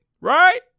right